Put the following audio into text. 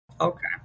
Okay